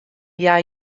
hja